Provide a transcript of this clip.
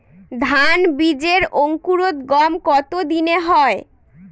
ধান বীজের অঙ্কুরোদগম কত দিনে হয়?